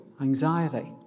anxiety